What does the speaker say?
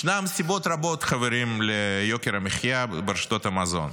חברים, יש סיבות רבות ליוקר המחיה ברשתות המזון: